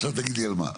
עכשיו תגיד לי על מה.